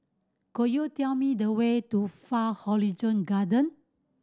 could you tell me the way to Far Horizon Garden